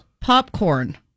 popcorn